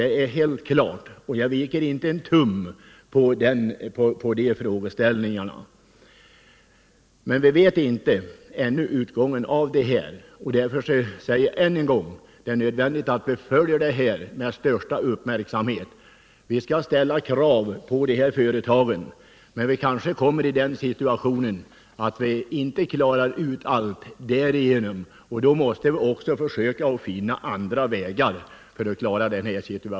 Det är helt klart, och jag viker inte en tum när det gäller den frågeställningen. Men vi vet ännu inte hur utgången blir av fusionsdiskussionerna. Därför säger jag än en gång att det är nödvändigt att vi följer ärendet med största uppmärksamhet. Vi skall ställa krav på de här företagen, men vi kanske kommer i den situationen att vi inte klarar upp allt därigenom. Då måste vi också försöka finna andra vägar.